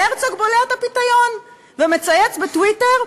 והרצוג בולע את הפיתיון ומצייץ בטוויטר: